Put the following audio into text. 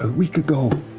ah week ago.